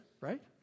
right